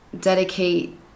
dedicate